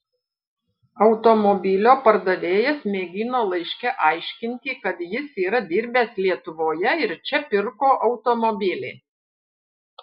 automobilio pardavėjas mėgino laiške aiškinti kad jis yra dirbęs lietuvoje ir čia pirko automobilį